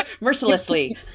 mercilessly